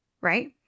Right